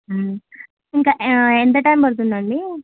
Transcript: ఇంకా ఎంత టైమ్ పడుతుందండి